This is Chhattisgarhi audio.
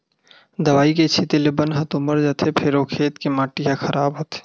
दवई के छिते ले बन ह तो मर जाथे फेर ओ खेत के माटी ह खराब होथे